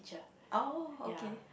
oh okay